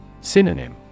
Synonym